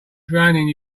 drowning